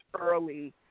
early